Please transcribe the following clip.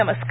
नमस्कार